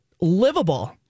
livable